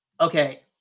Okay